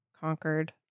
Conquered